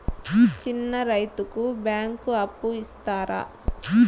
చిన్న రైతుకు బ్యాంకు అప్పు ఇస్తారా?